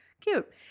cute